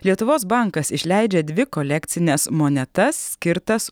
lietuvos bankas išleidžia dvi kolekcines monetas skirtas